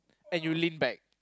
and you lean back